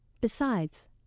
Besides